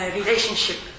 relationship